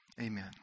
Amen